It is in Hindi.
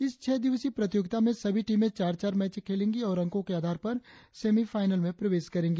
इस छह दिवसीय प्रतियोगिता में सभी टीमें चार चार मैंच खेलेंगी और अंको के आधार पर सेमीफाईनल में प्रवेश करेंगी